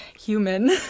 human